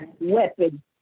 weapon